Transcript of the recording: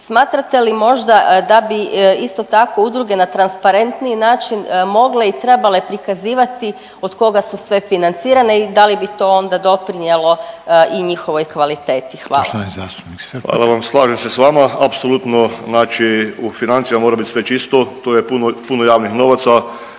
Smatrate li možda da bi isto tako udruge na transparentniji način mogle i trebale prikazivati od koga su sve financirane i da li bi to onda doprinijelo i njihovoj kvaliteti. Hvala. **Reiner, Željko (HDZ)** Poštovani zastupnik Srpak. **Srpak, Dražen (HDZ)** Hvala